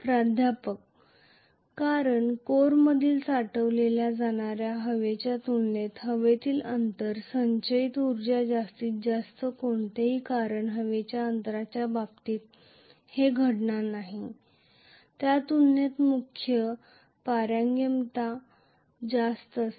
प्राध्यापक कारण कोरमधील साठवल्या जाणाऱ्या हवेच्या तुलनेत हवेतील अंतर संचयित उर्जा जास्त जास्त होते कारण हवेच्या अंतराच्या बाबतीत जे घडणार आहे त्या तुलनेत मुख्य परमेयबिलिटी जास्त आहे